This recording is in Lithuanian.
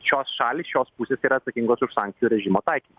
šios šalys šios pusės yra atsakingos už sankcijų režimo taikymą